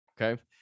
Okay